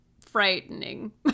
frightening